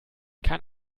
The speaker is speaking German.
kann